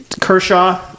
Kershaw